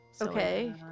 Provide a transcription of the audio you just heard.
Okay